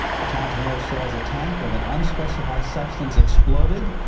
the town's mayor said a tank with an unspecified substance exploded.